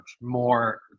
more